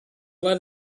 lead